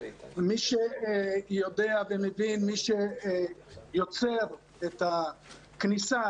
מי שיודע ומבין, מי שיוצר את הכניסה